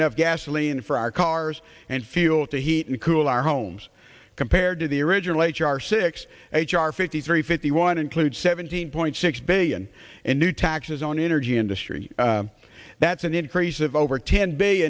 enough gasoline for our cars and fuel to heat and cool our homes compared to the original h r six h r fifty three fifty one include seventeen point six billion in new taxes on energy industry that's an increase of over ten b